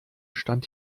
stand